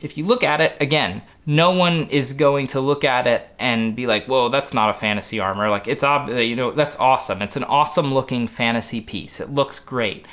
if you look at it again, no one is going to look at it, and be like well that's not a fantasy armor like its. ah ah you know that's awesome it's an awesome looking fantasy piece it looks great.